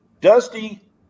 Dusty